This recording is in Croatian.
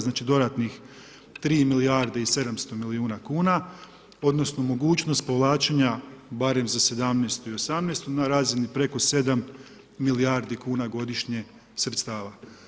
Znači, dodatnih 3 milijarde i 700 milijuna kuna odnosno mogućnost povlačenja barem za 2017. i 2018. na razini preko 7 milijardi kuna godišnje sredstava.